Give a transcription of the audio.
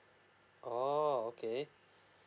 oo okay